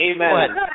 Amen